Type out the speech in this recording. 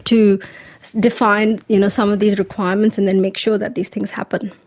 to define you know some of these requirements and then make sure that these things happen.